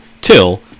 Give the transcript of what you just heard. till